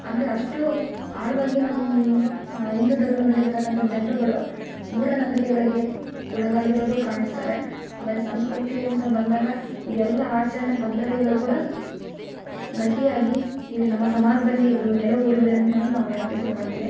ಅಂದರೆ ಅಷ್ಟು ಆಳವಾಗಿ ನಮ್ಮ ಹಿಂದೂ ಧರ್ಮದಲ್ಲಿ ಇರ್ತಕ್ಕಂಥ ಜನರುಗಳು ಮೂಢ ನಂಬಿಕೆಗಳಿಗೆ ಒಳಗಾಗಿರೋರು ಕಾಣ್ಸ್ತಾರೆ ಆಮೇಲೆ ಸಂಸ್ಕೃತಿ ಅಂತ ಬಂದಾಗ ಇದು ಎಲ್ಲ ಆಚರಣೆ ಪದ್ಧತಿಗಳು ಕೂಡ ಗಟ್ಟಿಯಾಗಿ ಇಲ್ಲಿ ನಮ್ಮ ಸಮಾಜದಲ್ಲಿ ಇದು ನೆಲೆಯೂರಿದೆ ಅಂತನೂ ನಾವು ಹೇಳಾಕೆ ಇಷ್ಟ ಪಡ್ತೀವಿ